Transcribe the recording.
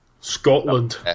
Scotland